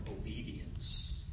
obedience